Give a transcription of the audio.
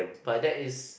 but that is